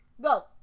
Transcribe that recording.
Go